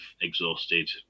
exhausted